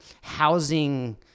housing